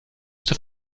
zur